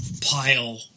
pile